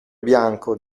bianco